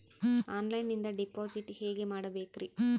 ಆನ್ಲೈನಿಂದ ಡಿಪಾಸಿಟ್ ಹೇಗೆ ಮಾಡಬೇಕ್ರಿ?